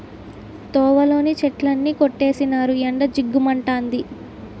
తోవలోని చెట్లన్నీ కొట్టీసినారు ఎండ జిగ్గు మంతంది